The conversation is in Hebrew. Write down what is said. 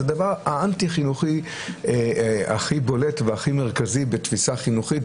זה דבר אנטי חינוכי הכי בולט והכי מרכזי בתפיסה החינוכית,